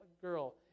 girl